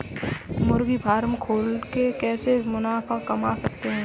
मुर्गी फार्म खोल के कैसे मुनाफा कमा सकते हैं?